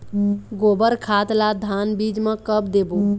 गोबर खाद ला धान बीज म कब देबो?